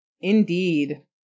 Indeed